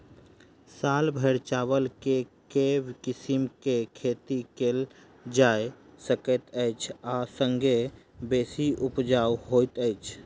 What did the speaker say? साल भैर चावल केँ के किसिम केँ खेती कैल जाय सकैत अछि आ संगे बेसी उपजाउ होइत अछि?